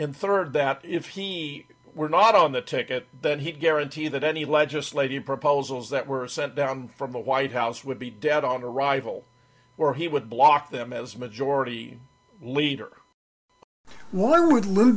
and third that if he were not on the ticket then he'd guarantee that any legislative proposals that were sent down from the white house would be dead on arrival or he would block them as majority leader